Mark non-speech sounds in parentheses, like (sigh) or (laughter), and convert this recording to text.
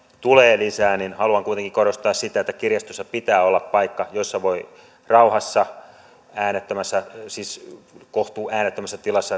tulee lisää niin haluan kuitenkin korostaa sitä että kirjastossa pitää olla paikka jossa voi rauhassa äänettömässä siis kohtuuäänettömässä tilassa (unintelligible)